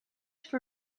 for